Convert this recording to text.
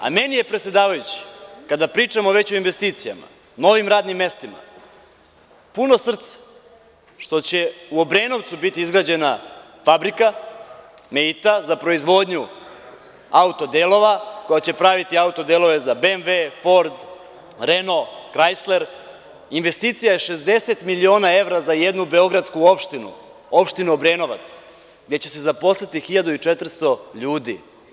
A meni je, predsedavajući, kada pričamo već o investicijama, novim radnim mestima, puno srce što će u Obrenovcu biti izgrađena fabrika „Meita“, za proizvodnju autodelova, koja će praviti autodelove za BMV, Ford, Reno, Krajsler, investicija je 60 miliona evra za jednu beogradsku opštinu, opštinu Obrenovac, gde će se zaposliti 1.400 ljudi.